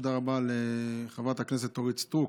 תודה רבה לחברת הכנסת אורית סטרוק,